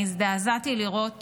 הזדעזעתי לראות